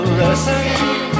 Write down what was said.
listen